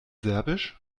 serbisch